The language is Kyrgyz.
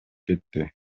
кетти